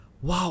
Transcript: Wow